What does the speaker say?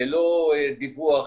ללא דיווח,